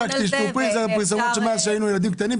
אלה הפרסומות מאז שהיינו ילדים קטנים.